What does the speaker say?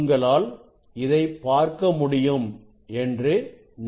உங்களால் இதை பார்க்க முடியும் என்று நினைக்கிறேன்